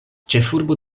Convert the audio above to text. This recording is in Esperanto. ĉefurbo